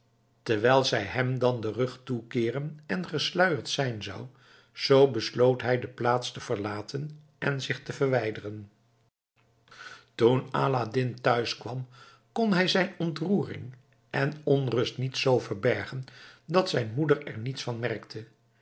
wijl zij hem dan den rug toekeeren en gesluierd zijn zou zoo besloot hij de plaats te verlaten en zich te verwijderen toen aladdin thuiskwam kon hij zijn ontroering en onrust niet zoo verbergen dat zijn moeder er niets van merkte